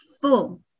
full